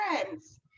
friends